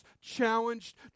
challenged